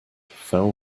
fell